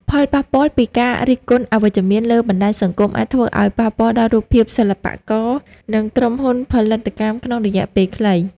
ផលប៉ះពាល់ពីការរិះគន់អវិជ្ជមានលើបណ្តាញសង្គម អាចធ្វើឱ្យប៉ះពាល់ដល់រូបភាពសិល្បករ និងក្រុមហ៊ុនផលិតកម្មក្នុងរយៈពេលខ្លី។